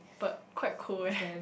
but quite cool eh